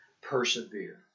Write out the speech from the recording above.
Persevere